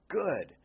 good